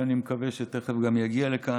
שאני מקווה שתכף גם הוא יגיע לכאן,